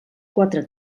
quatre